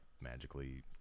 magically